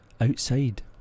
outside